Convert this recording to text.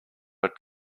but